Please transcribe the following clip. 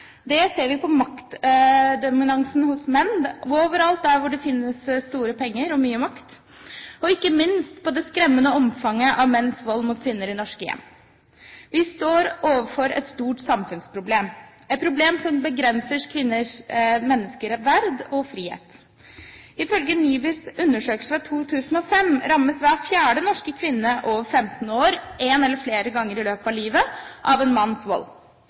Det ser vi på lønnsforskjellene, det ser vi på mannsdominansen overalt der det finnes store penger og mye makt, og ikke minst på det skremmende omfanget av menns vold mot kvinner i norske hjem. Vi står overfor et stort samfunnsproblem, et problem som begrenser kvinners menneskeverd og frihet. Ifølge NIBRs undersøkelse fra 2005 rammes hver fjerde norske kvinne over 15 år en eller flere ganger i løpet av livet av en manns vold.